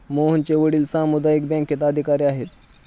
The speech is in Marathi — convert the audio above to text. मोहनचे वडील सामुदायिक बँकेत अधिकारी आहेत